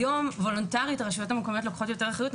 היום וולונטרית הרשויות המקומיות לוקחות יותר אחריות,